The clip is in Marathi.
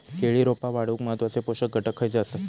केळी रोपा वाढूक महत्वाचे पोषक घटक खयचे आसत?